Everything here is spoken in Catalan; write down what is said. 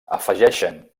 afegeixen